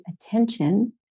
attention